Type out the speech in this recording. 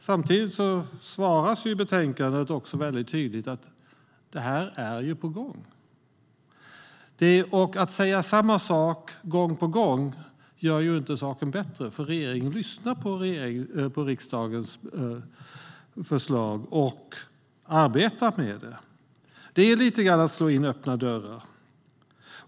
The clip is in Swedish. Samtidigt svaras det tydligt i betänkandet att det här ju är på gång. Att säga samma sak gång på gång gör inte saken bättre. Regeringen lyssnar nämligen på riksdagens förslag och arbetar med det. Det är lite grann att slå in öppna dörrar.